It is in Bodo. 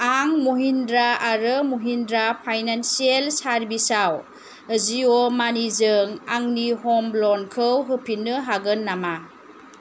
आं महिन्द्रा आरो महिन्द्रा फाइनान्सियेल सार्भिसेसाव जिअ मानिजों आंनि ह'म ल'नखौ होफिन्नो हागोन नामा